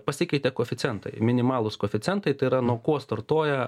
pasikeitė koeficientai minimalūs koeficientai tai yra nuo ko startuoja